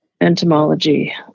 entomology